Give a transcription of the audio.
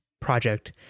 project